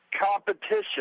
competition